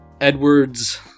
Edward's